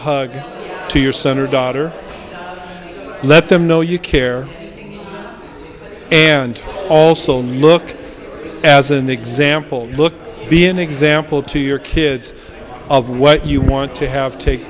hug to your son or daughter let them know you care and also look as an example look be an example to your kids of what you want to have take